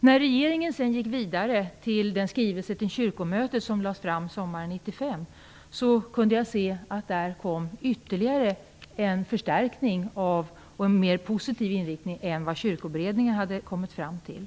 När regeringen sedan gick vidare till den skrivelse till Kyrkomötet som lades fram sommaren 1995 kunde jag se att där kom ytterligare en förstärkning och en mer positiv inriktning än vad Kyrkoberedningen hade kommit fram till.